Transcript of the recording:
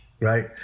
Right